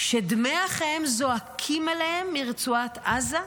שדמי אחיהם זועקים אליהם מרצועת עזה,